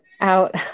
out